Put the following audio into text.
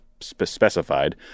specified